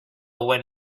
when